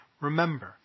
Remember